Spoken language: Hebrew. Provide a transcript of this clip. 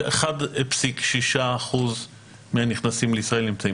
1.6% מהנכנסים לישראל נמצאים